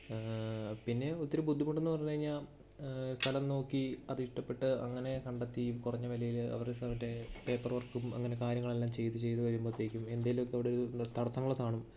പിന്നെയും ഒത്തിരി ബുദ്ധിമുട്ടെന്ന് പറഞ്ഞു കഴിഞ്ഞാൽ സ്ഥലം നോക്കി അതിഷ്ടപ്പെട്ട് അങ്ങനെ കണ്ടെത്തിയും കുറഞ്ഞ വിലയിൽ അവർ മറ്റേ പേപ്പറ് വർക്കും അങ്ങനെ കാര്യങ്ങളെല്ലാം ചെയ്തു ചെയ്തു വരുമ്പോഴത്തേക്കും എന്തെങ്കിലുമൊക്കെ അവിടെയൊരു പിന്നെ തടസ്സങ്ങൾ കാണും